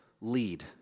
lead